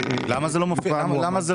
למה זה לא בחוק?